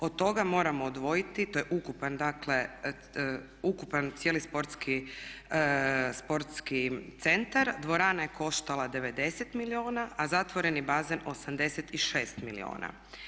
Od toga moramo odvojiti, to je ukupan dakle, ukupan cijeli sportski centar, dvorana je koštala 90 milijuna a zatvoreni bazen 86 milijuna.